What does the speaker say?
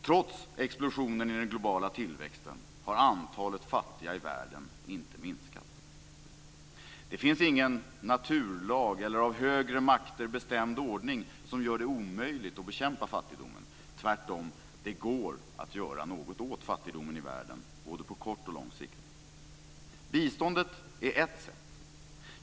Trots explosionen i den globala tillväxten har antalet fattiga i världen inte minskat. Det finns ingen naturlag eller av högre makter bestämd ordning som gör det omöjligt att bekämpa fattigdomen. Tvärtom: Det går att göra något åt fattigdomen i världen både på kort och lång sikt. Biståndet är ett sätt.